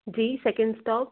ji second stop